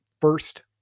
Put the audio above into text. first